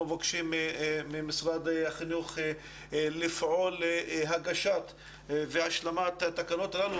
מבקשים ממשרד החינוך לפעול להגשת והשלמת התקנות הללו,